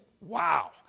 Wow